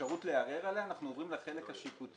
האפשרות לערער עליה, אנחנו עוברים לחלק השיפוטי.